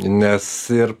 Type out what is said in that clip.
nes ir